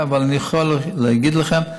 אבל אני יכול להגיד לכם: